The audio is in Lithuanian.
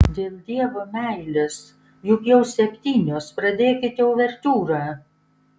dėl dievo meilės juk jau septynios pradėkite uvertiūrą